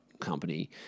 company